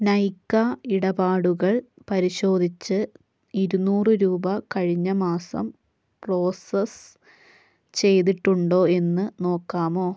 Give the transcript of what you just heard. നൈകാ ഇടപാടുകൾ പരിശോധിച്ച് ഇരുനൂറ് രൂപ കഴിഞ്ഞ മാസം പ്രോസസ് ചെയ്തിട്ടുണ്ടോ എന്ന് നോക്കാമോ